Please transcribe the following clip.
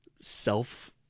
self